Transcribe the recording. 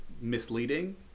misleading